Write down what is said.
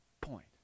point